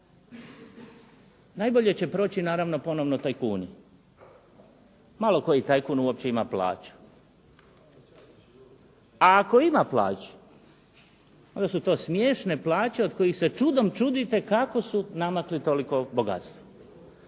Najbolje će proći naravno ponovo tajkuni. Malo koji tajkun uopće ima plaću, a ako ima plaću onda su to smiješne plaće od kojih se čudom čudite kako su namakli toliko bogatstvo